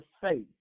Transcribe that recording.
faith